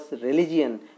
religion